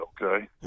okay